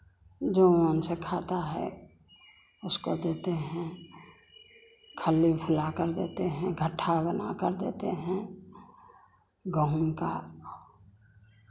जो मन से खाता है उसको देते हैं खल्ली फुलाकर देते हैं घट्ठा बनाकर देते हैं गेहूं का